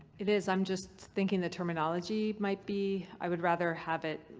it is. i'm just thinking the terminology might be. i would rather have it,